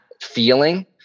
feeling